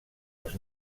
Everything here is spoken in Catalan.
els